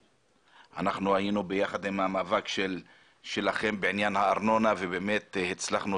היינו יחד עם המאבק שלכם בעניין הארנונה והצלחנו